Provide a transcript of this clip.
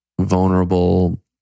vulnerable